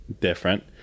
different